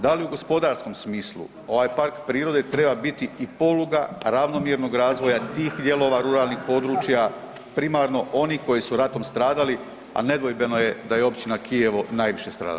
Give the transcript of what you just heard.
Da li u gospodarskom smislu ovaj Park prirode treba biti i poluga ravnomjernog razvoja tih dijelova ruralnih područja primarno onih koji su ratom stradali, a nedvojbeno je da je općina Kijevo najviše stradala?